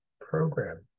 program